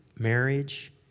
marriage